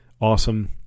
awesome